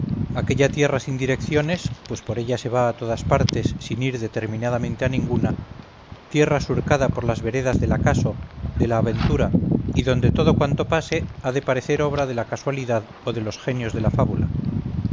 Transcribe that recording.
aquella tierra sin direcciones pues por ella se va a todas partes sin ir determinadamente a ninguna tierra surcada por las veredas del acaso de la aventura y donde todo cuanto pase ha de parecer obra de la casualidad o de los genios de la fábula